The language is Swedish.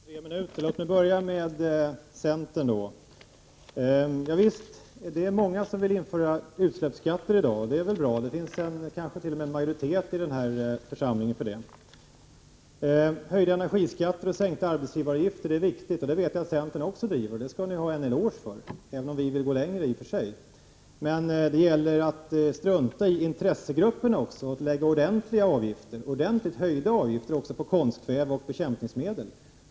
Herr talman! Låt mig börja med centern. Ja visst, det är många som vill införa utsläppsskatter i dag. Det är väl bra. Det kanske t.o.m. finns en majoritet i denna församling för detta. Höjda energiskatter och sänkta arbetsgivaravgifter är viktigt, och det vet jag att centern också ivrar för. Det skall de ha en eloge för, även om vi vill gå längre. Men det gäller att också strunta i intressegrupperna och att lägga ordentligt höjda avgifter också på konstkväve och bekämpningsmedel.